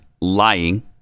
lying